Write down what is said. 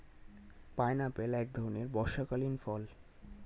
pineapple এক ধরণের বর্ষাকালীন ফল